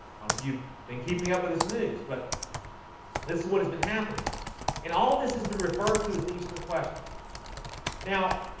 and if you've been keeping up with his news, but this is what has been happening and all this has been referred to as the eastern question now,